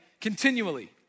continually